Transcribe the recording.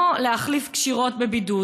לא להחליף קשירות בבידוד,